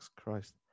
Christ